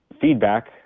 feedback